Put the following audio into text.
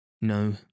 No